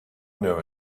know